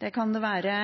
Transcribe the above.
Det kan være